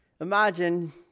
imagine